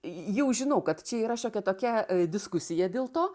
jau žinau kad čia yra šiokia tokia diskusija dėl to